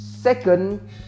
second